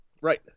Right